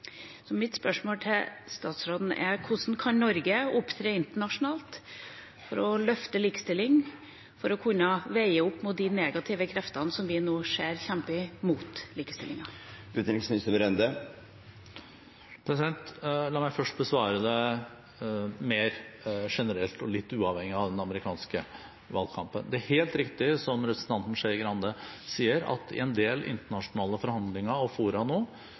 Mitt spørsmål til statsråden er: Hvordan kan Norge opptre internasjonalt for å løfte likestilling, for å kunne veie opp mot de negative kreftene som vi nå ser kjempe imot likestillingen? La meg først besvare spørsmålet mer generelt og litt uavhengig av den amerikanske valgkampen. Det er helt riktig, som representanten Skei Grande sier, at i en del internasjonale forhandlinger og fora opplever vi nå